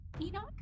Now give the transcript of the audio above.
Enoch